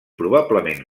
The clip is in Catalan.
probablement